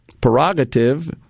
prerogative